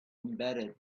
embedded